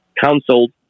counseled